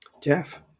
Jeff